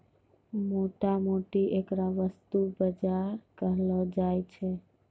मोटा मोटी ऐकरा वस्तु बाजार कहलो जाय छै